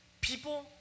People